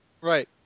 Right